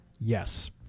yes